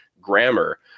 grammar